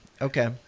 Okay